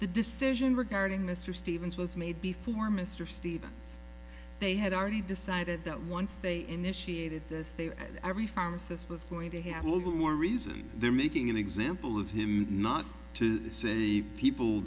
the decision regarding mr stevens was made before mr stevens they had already decided that once they initiated this they at every pharmacist was going to have a little more reason they're making an example of him not to say people